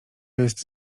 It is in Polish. jest